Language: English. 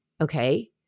Okay